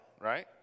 right